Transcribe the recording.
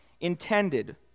intended